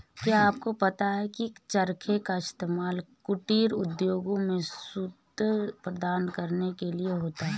क्या आपको पता है की चरखे का इस्तेमाल कुटीर उद्योगों में सूत उत्पादन के लिए होता है